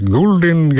Golden